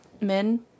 men